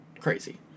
crazy